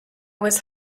was